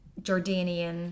Jordanian